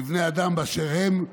לבני אדם באשר הם,